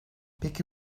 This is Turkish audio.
peki